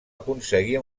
aconseguir